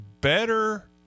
better